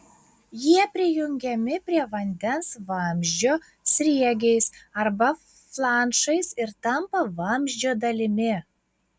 jie prijungiami prie vandens vamzdžio sriegiais arba flanšais ir tampa vamzdžio dalimi